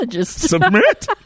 Submit